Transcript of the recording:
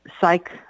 psych